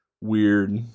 Weird